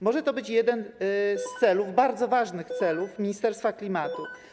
Może to być jeden z celów, bardzo ważnych celów Ministerstwa Klimatu.